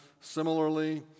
Similarly